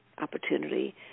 opportunity